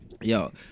Yo